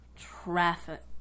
Traffic